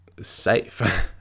safe